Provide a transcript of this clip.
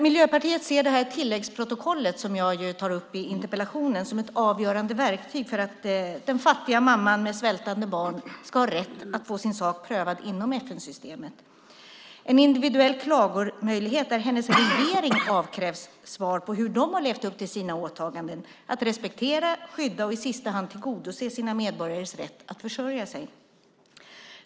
Miljöpartiet ser det här tilläggsprotokollet, som jag ju tar upp i interpellationen, som ett avgörande verktyg för att den fattiga mamman med svältande barn ska ha rätt att få sin sak prövad inom FN-systemet; en individuell klagomöjlighet där hennes regering avkrävs svar på hur de har levt upp till sina åtaganden att respektera, skydda och i sista hand tillgodose sina medborgares rätt att försörja sig.